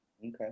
Okay